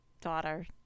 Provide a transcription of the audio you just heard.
daughter